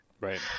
right